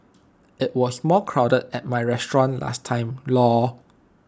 IT was more crowded at my restaurant last time lor